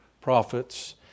prophets